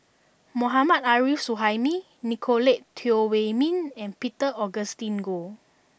Mohammad Arif Suhaimi Nicolette Teo Wei min and Peter Augustine Goh